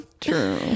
True